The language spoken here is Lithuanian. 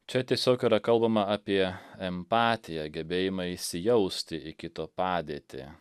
čia tiesiog yra kalbama apie empatiją gebėjimą įsijausti į kito padėtį